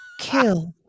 Kill